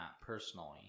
personally